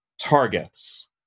targets